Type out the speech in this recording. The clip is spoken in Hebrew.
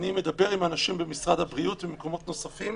אני מדבר עם אנשים במשרד הבריאות ובמקומות נוספים,